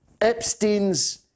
Epstein's